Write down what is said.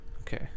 Okay